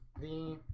the